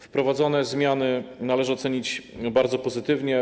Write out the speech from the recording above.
Wprowadzone zmiany należy ocenić bardzo pozytywnie.